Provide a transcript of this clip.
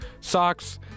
socks